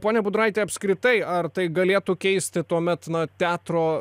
pone budraiti apskritai ar tai galėtų keisti tuomet na teatro